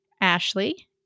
Ashley